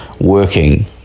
working